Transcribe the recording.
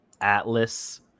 Atlas